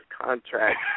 contract